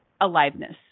aliveness